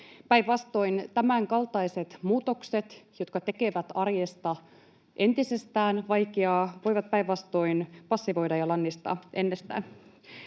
Päinvastoin, tämänkaltaiset muutokset, jotka tekevät arjesta entisestään vaikeampaa, voivat päinvastoin passivoida ja lannistaa entisestään.